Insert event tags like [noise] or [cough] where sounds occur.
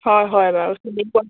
হয় হয় বাৰু [unintelligible]